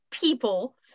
people